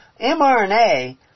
mRNA